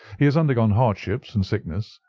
he has undergone hardship and sickness,